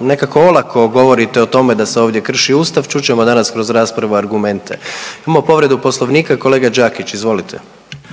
nekako olako govorite o tome da se ovdje krši Ustav, čut ćemo danas kroz raspravu argumente. Imamo povredu Poslovnika kolega Đakić, izvolite.